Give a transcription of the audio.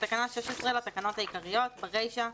בתקנה 16 לתקנות העיקריות ברישה,